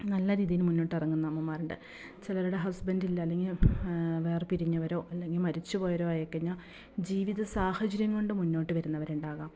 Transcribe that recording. നല്ല രീതിയിൽ മുന്നോട്ട് ഇറങ്ങുന്ന അമ്മമാരുണ്ട് ചിലവരുടെ ഹസ്ബൻറ്റില്ല അല്ലെങ്കിൽ വേർപിരിഞ്ഞവരോ അല്ലെങ്കിൽ മരിച്ച് പോയവരോ ആയിക്കഴിഞ്ഞാൽ ജീവിത സാഹചര്യം കൊണ്ട് മുന്നോട്ട് വരുന്നവരുണ്ടാകാം